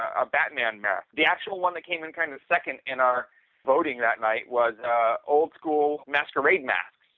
a batman mask. the actual one that came in kind of second in our voting that night was old school masquerade masks.